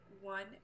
one